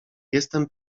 jestem